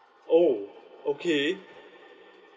oh okay